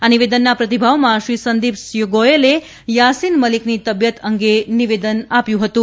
આ નિવેદનના પ્રતિભાવમાં શ્રી સંદિપ ગોયલે યાસીન મલીકની તબીયત અંગે નિવેદન આપ્યું હતું